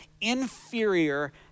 inferior